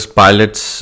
pilots